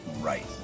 Right